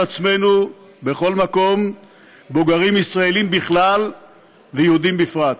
עצמנו בכל מקום שבו גרים ישראלים בכלל ויהודים בפרט?